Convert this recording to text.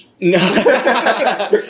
No